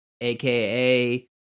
aka